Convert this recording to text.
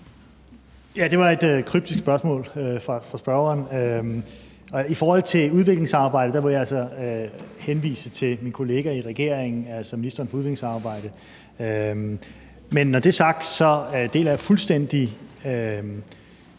Det var et kryptisk spørgsmål fra spørgeren. I forhold til udviklingssamarbejdet må jeg altså henvise til min kollega i regeringen, ministeren for udviklingssamarbejde, men når det er sagt, deler jeg fuldstændig